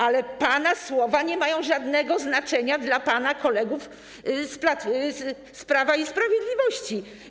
Ale pana słowa nie mają żadnego znaczenia dla pana kolegów z Prawa i Sprawiedliwości.